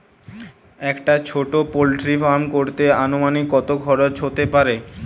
একটা ছোটো poultry farm করতে আনুমানিক কত খরচ কত হতে পারে?